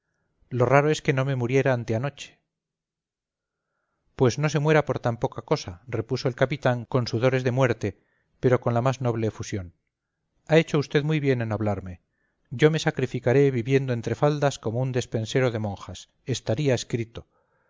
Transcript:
lo raro es que no me muriera anteanoche pues no se muera por tan poca cosa repuso el capitán con sudores de muerte pero con la más noble efusión ha hecho usted muy bien en hablarme yo me sacrificaré viviendo entre faldas como un despensero de monjas estaría escrito